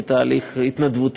כי הונחה היום על שולחן הכנסת,